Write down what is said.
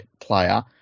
player